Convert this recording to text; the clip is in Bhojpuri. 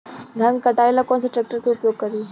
धान के कटाई ला कौन सा ट्रैक्टर के उपयोग करी?